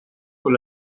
con